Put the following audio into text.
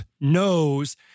knows